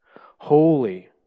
holy